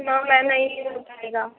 نو میم نہیں ہو پائے گا